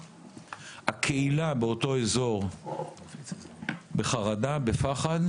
הקהילה באותו אזור חשה חרדה ופחד,